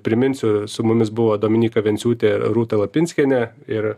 priminsiu su mumis buvo dominyka venciūtė rūta lapinskienė ir